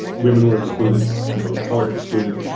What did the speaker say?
women were excluded people of color excluded.